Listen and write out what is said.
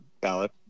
ballot